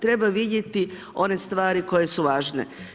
Treba vidjeti one stvari koje su važne.